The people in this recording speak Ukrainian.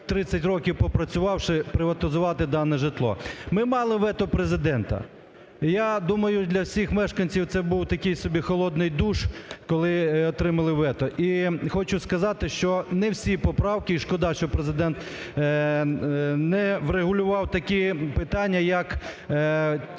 30 років пропрацювавши, приватизувати дане житло. Ми мало вето Президента і, я думаю, для всіх мешканців це був такий собі холодний душ, коли отримали вето. І хочу сказати, що не всі поправки, шкода, що Президент не врегулював такі питання, як тих